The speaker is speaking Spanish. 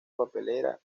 papelera